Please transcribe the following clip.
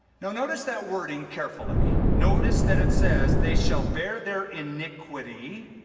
now notice that wording carefully. notice that it says they shall bear their iniquity,